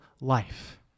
life